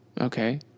Okay